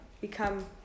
become